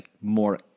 more